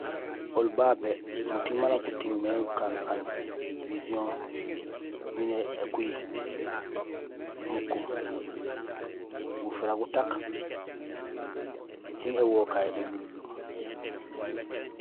Oli babé muting maan nak uting mé kaan aan vision miin ékuhi: mukum, gufitra gutak sin éwokay élunlum.